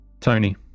Tony